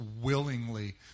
willingly